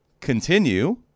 continue